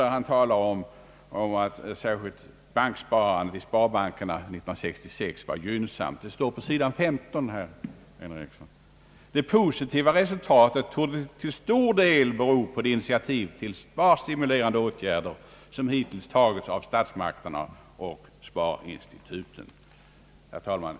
Där talas om att särskilt sparandet i sparbankerna har ökat 1966 — det står på sidan 15, herr Einar Eriksson. Sedan kommer det: »Det positiva resultatet torde till stor del bero på de initiativ till sparstimulerande ätgärder som hittills vidtagits av statsmakterna och sparinstituten., Vad re servanterna åsyftar är att utvidga dessa sparstimulerande åtgärder. Herr talman!